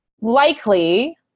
likely